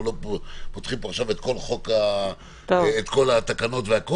אנחנו לא פותחים פה עכשיו את כל התקנות והכול,